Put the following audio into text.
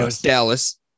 Dallas